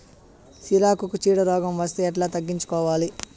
సిరాకుకు చీడ రోగం వస్తే ఎట్లా తగ్గించుకోవాలి?